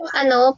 ano